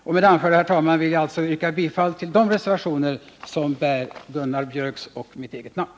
Med det anförda, herr talman, vill jag alltså yrka bifall till de reservationer som bär Gunnar Biörcks i Värmdö och mitt eget namn.